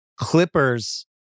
Clippers